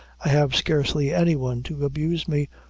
i have scarcely any one to abuse me,